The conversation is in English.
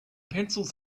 pencils